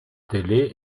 télé